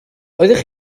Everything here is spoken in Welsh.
oeddech